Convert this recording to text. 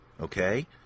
Okay